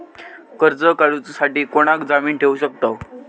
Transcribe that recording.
कर्ज काढूसाठी कोणाक जामीन ठेवू शकतव?